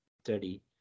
Study